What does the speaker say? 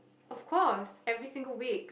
of course every single week